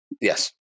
Yes